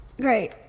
Great